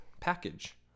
package